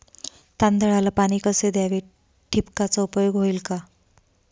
तांदळाला पाणी कसे द्यावे? ठिबकचा उपयोग होईल का?